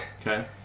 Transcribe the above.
Okay